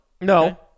no